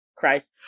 Christ